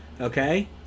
okay